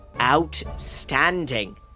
outstanding